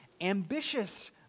ambitious